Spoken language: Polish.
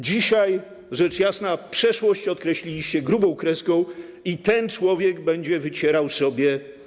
Dzisiaj, rzecz jasna, przeszłość odkreśliliście grubą kreską i ten człowiek będzie wycierał sobie.